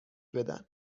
بدن